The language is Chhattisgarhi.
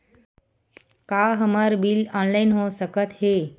का हमर बिल ऑनलाइन हो सकत हे?